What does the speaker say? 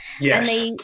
Yes